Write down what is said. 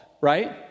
right